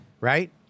Right